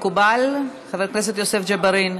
מקובל, חבר הכנסת יוסף ג'בארין?